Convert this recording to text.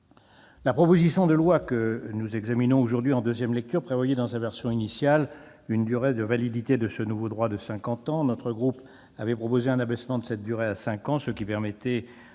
rapporteur. Le texte que nous examinons aujourd'hui en deuxième lecture prévoyait dans sa version initiale une durée de validité de ce nouveau droit de cinquante ans. Mon groupe avait proposé un abaissement de cette durée à cinq ans, ce qui permettait